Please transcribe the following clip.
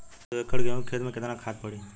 दो एकड़ गेहूँ के खेत मे केतना खाद पड़ी?